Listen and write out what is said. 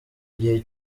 gihe